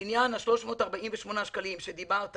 לעניין 348 שקלים שדיברת